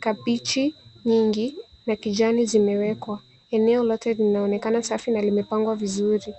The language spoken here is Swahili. kabiji nyingi za kijani zimewekwa. Eneo lote linaonekana safi na limepangwa vizuri.